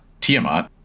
Tiamat